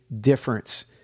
difference